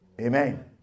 Amen